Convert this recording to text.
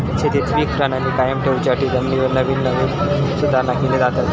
शेतीत पीक प्रणाली कायम ठेवच्यासाठी जमिनीवर नवीन नवीन सुधारणा केले जातत